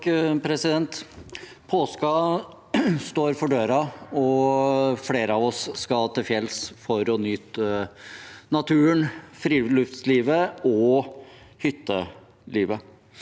(SV) Påsken står for døren, og flere av oss skal til fjells for å nyte naturen, friluftslivet og hyttelivet,